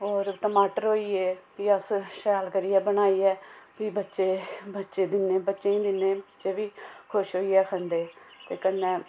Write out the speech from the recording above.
होर टमाटर होइ ए भी अस शैल करियै बनाइयै फ्ही बच्चे बच्चे फ्ही बच्चें ई दिंनें ओह् बी खुश होइयै खंदे ते कन्नै